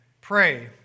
pray